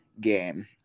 game